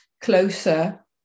closer